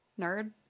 nerd